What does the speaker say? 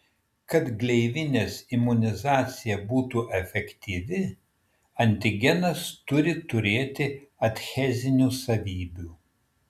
kad gleivinės imunizacija būtų efektyvi antigenas turi turėti adhezinių savybių